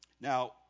Now